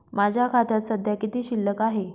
माझ्या खात्यात सध्या किती शिल्लक आहे?